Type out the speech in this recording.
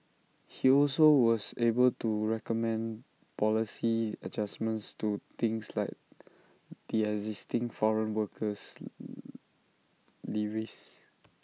he also was able to recommend policy adjustments to things like the existing foreign worker levies